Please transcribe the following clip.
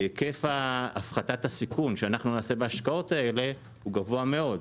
כי היקף הפחת הסיכון שנעשה בהשקעות האלה הוא גבוה מאוד.